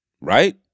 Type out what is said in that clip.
right